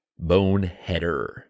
boneheader